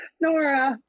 Nora